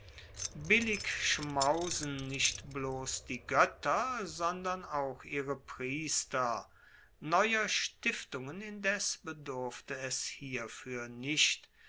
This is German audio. billig schmausen nicht bloss die goetter sondern auch ihre priester neuer stiftungen indes bedurfte es hierfuer nicht